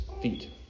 feet